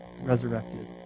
resurrected